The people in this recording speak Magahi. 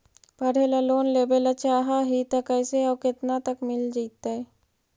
पढ़े ल लोन लेबे ल चाह ही त कैसे औ केतना तक मिल जितै?